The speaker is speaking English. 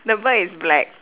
the bird is black